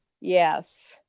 Yes